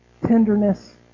tenderness